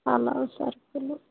ఫలవ్ సరుకులు